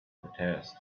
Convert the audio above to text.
protest